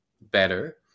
better